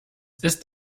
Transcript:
ist